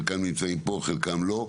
חלקם נמצאים פה חלקם לא,